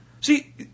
See